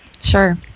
Sure